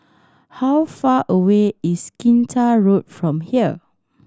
how far away is Kinta Road from here